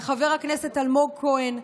לחבר הכנסת אלמוג כהן,